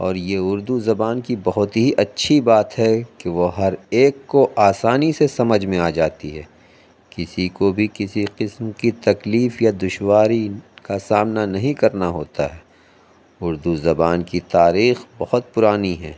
اور یہ اُردو زبان کی بہت ہی اچھی بات ہے کہ وہ ہر ایک کو آسانی سے سمجھ میں آ جاتی ہے کسی کو بھی کسی قسم کی تکلیف یا دشواری کا سامنا نہیں کرنا ہوتا ہے اُردو زبان کی تاریخ بہت پُرانی ہے